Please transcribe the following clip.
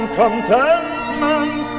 contentment